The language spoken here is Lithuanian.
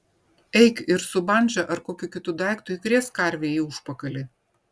eik ir su bandža ar kokiu kitu daiktu įkrėsk karvei į užpakalį